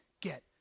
get